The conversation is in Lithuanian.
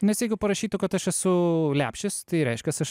nes jeigu parašytų kad aš esu lepšis tai reiškias aš